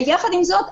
יחד עם זאת,